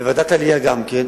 וועדת העלייה גם כן.